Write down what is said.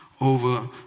over